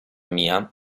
mia